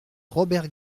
robert